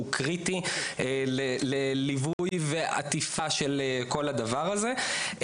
קריטי לליווי ועטיפה של כל הדבר הזה.